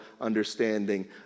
understanding